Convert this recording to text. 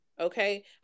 Okay